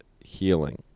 healing